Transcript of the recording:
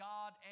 God